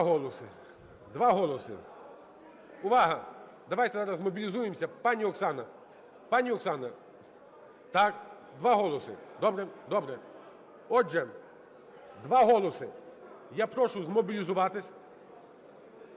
2 голоси, 2 голоси. Увага, давайте зараз змобілізуємося. Пані Оксана, пані Оксана, так, 2 голоси. Добре. Добре. Отже, 2 голоси. Я прошу змобілізуватися,